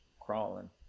crawling